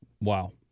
Wow